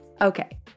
Okay